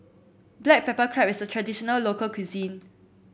Black Pepper Crab is a traditional local cuisine